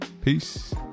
Peace